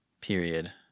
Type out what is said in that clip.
Period